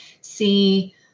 see